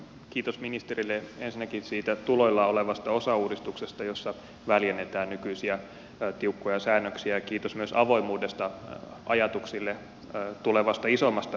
kiitos ministerille ensinnäkin siitä tuloillaan olevasta osauudistuksesta jossa väljennetään nykyisiä tiukkoja säännöksiä ja kiitos myös avoimuudesta ajatuksille tulevasta isommasta remontista